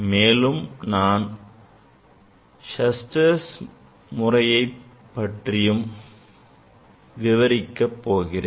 மேலும் நான் Schuster's முறையை பற்றியும் விவரிக்கப் போகிறேன்